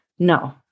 No